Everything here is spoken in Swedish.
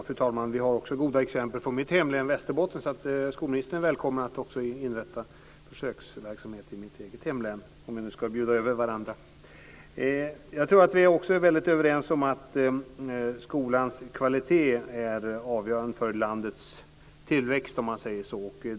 Fru talman! Det finns också goda exempel från mitt hemlän Västerbotten. Ministern är välkommen att inrätta försöksverksamhet även där, om vi nu ska bjuda över varandra. Jag tror också att vi är överens om att skolans kvalitet är avgörande för landets tillväxt.